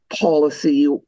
policy